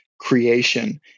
Creation